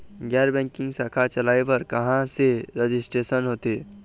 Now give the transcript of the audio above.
गैर बैंकिंग शाखा चलाए बर कहां ले रजिस्ट्रेशन होथे?